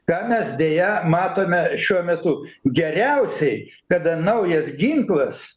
ką mes deja matome šiuo metu geriausiai kada naujas ginklas